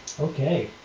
Okay